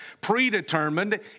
predetermined